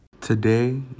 Today